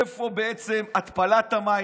איפה בעצם התפלת המים?